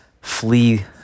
flee